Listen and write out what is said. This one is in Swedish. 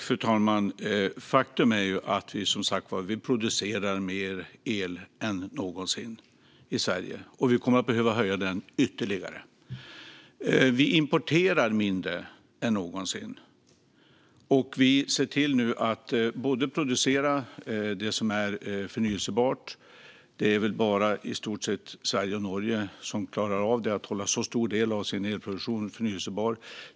Fru talman! Faktum är som sagt att vi producerar mer el i Sverige än någonsin, och vi kommer att behöva öka produktionen ytterligare. Vi importerar mindre än någonsin, och vi ser nu till att producera det som är förnybart. Det är väl i stort sett bara Sverige och Norge som klarar av att hålla så stor del av sin elproduktion förnybar.